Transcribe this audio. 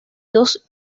dos